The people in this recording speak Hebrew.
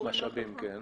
כן,